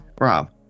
Rob